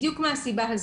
בדיוק מהסיבה הזאת.